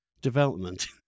development